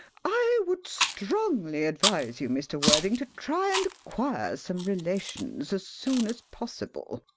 i would strongly advise you, mr. worthing, to try and acquire some relations as soon as possible,